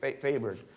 favored